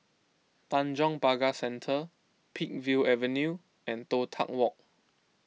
Tanjong Pagar Centre Peakville Avenue and Toh Tuck Walk